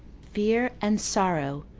fear and sorrow,